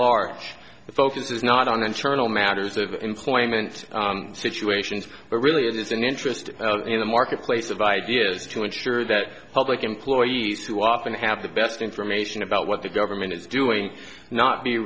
the focus is not on internal matters of employment situations but really it is an interest in the marketplace of ideas to ensure that public employees who often have the best information about what the government is doing not be